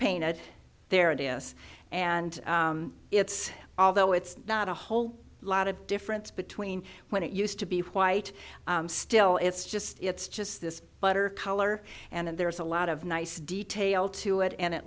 painted their ideas and it's although it's not a whole lot of difference between when it used to be white still it's just it's just this butter color and there's a lot of nice detail to it and it